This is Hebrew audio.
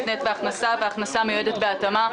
בהכנסה והכנסה מיועדת בהתאמה,